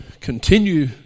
continue